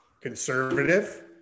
conservative